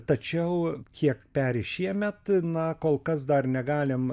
tačiau kiek peri šiemet na kol kas dar negalim